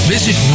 Visit